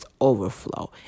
overflow